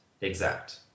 exact